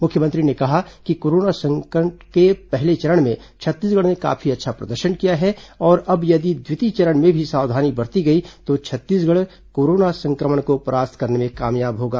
मुख्यमंत्री ने कहा कि कोरोना संकट के पहले चरण में छत्तीसगढ़ ने काफी अच्छा प्रदर्शन किया है और अब यदि द्वितीय चरण में भी सावधानी बरती गई तो छत्तीसगढ़ कोरोना संक्रमण को परास्त करने में कामयाब होगा